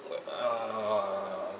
but uh